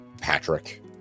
Patrick